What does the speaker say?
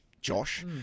Josh